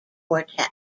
quartet